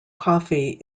coffee